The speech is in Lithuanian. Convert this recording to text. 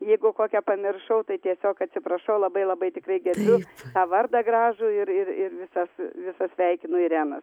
jeigu kokią pamiršau tai tiesiog atsiprašau labai labai tikrai gerbiu tą vardą gražų ir ir ir visas visas sveikinu irenas